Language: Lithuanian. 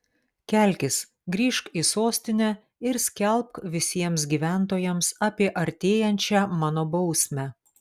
kelkis grįžk į sostinę ir skelbk visiems gyventojams apie artėjančią mano bausmę